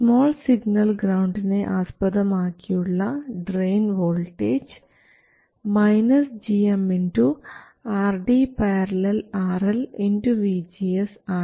small signal ഗ്രൌണ്ടിനെ ആസ്പദമാക്കിയുള്ള drain voltage gm RD ║ RL vGS ആണ്